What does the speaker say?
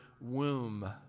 womb